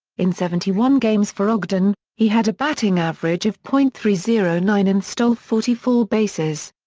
in seventy one games for ogden, he had a batting average of point three zero nine and stole forty four bases.